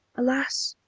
alas!